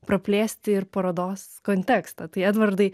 praplėsti ir parodos kontekstą tai edvardai